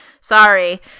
Sorry